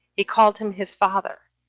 he called him his father,